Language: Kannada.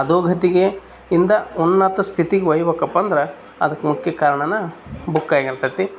ಅಧೋ ಗತಿಗೆ ಇಂದ ಉನ್ನತ ಸ್ಥಿತಿಗೆ ಓಯ್ಬೇಕಪ್ಪ ಅಂದ್ರೆ ಅದಕ್ಕೆ ಮುಖ್ಯ ಕಾರಣ ಬುಕ್ ಆಗಿರ್ತತಿ